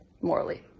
morally